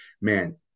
man